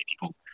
people